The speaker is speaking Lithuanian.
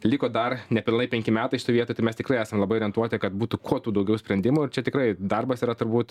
liko dar nepilnai penki metai šitoj vietoj tai mes tikrai esam labai orientuoti kad būtų kuo tų daugiau sprendimų ir čia tikrai darbas yra turbūt